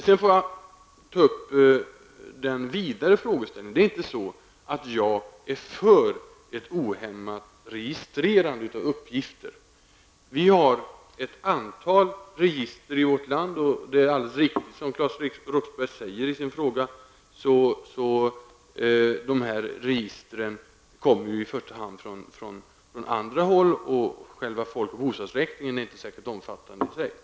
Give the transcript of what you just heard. Sedan till den vidare frågeställningen. Jag är inte för ett ohämmat registrerande av uppgifter. Det finns ett antal register i vårt land. Som Claes Roxbergh så riktigt säger i sin fråga kommer dessa uppgifter i registren i första hand från andra håll, och själva folk och bostadsräkningen är inte så särskiltomfattande i sig.